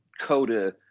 coda